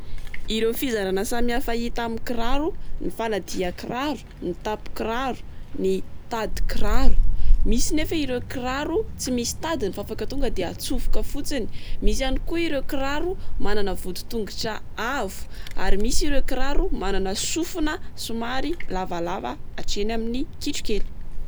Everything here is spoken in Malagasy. Ireo fizarana samihafa hita amin'ny kiraro: ny faladia kiraro, ny tampon-kiraro, ny tadi-kiraro. Misy anefa ireo kiraro, tsy misy tadiny fa afaka tonga de atsofoka fotsiny. Misy ihany koa ireo kiraro manana voditongotra avo. Ary misy ireo kiraro manana sofina somary lavalava hatrany amin'ny kitrokely.